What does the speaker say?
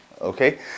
okay